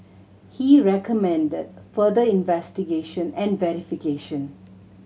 he recommended further investigation and verification